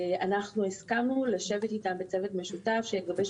אנחנו הסכמנו לשבת איתם בצוות משותף שיגבש